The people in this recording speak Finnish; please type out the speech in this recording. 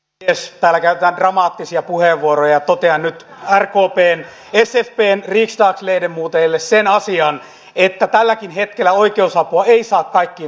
täällä käytetään dramaattisia puheenvuoroja ja totean nyt rkpn sfpn riksdagsledamoteille sen asian että tälläkään hetkellä oikeusapua ei saa kaikkiin oikeusriitoihinsa